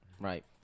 Right